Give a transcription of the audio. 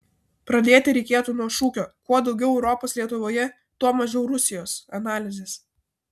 pradėti reikėtų nuo šūkio kuo daugiau europos lietuvoje tuo mažiau rusijos analizės